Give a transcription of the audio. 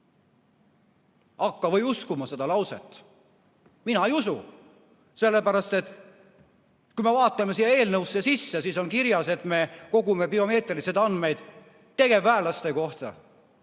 Hakka või uskuma seda lauset. Mina ei usu. Sellepärast et kui me vaatame eelnõusse sisse, siis seal on kirjas, et me kogume biomeetrilisi andmeid tegevväelaste kohta,